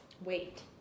wait